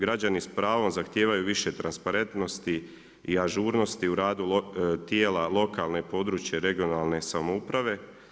Građani s pravom zahtijevaju više transparentnosti i ažurnosti u radu tijela lokalne, područne, regionalne samouprave.